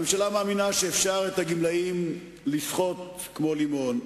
הממשלה מאמינה שאת הגמלאים אפשר לסחוט כמו לימון.